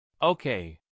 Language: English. Okay